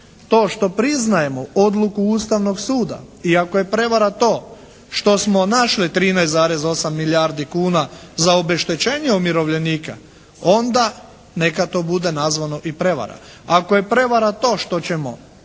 to što priznajemo odluku Ustavnog suda i ako je prevara to što smo našli 13,8 milijardi kuna za obeštećenje umirovljenika, onda neka to bude nazvano i prevara. Ako je prevara to što ćemo